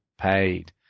paid